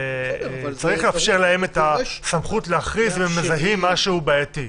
וצריך לאפשר להם את הסמכות להכריז אם הם מזהים משהו בעייתי.